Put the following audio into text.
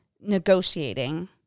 negotiating